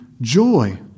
joy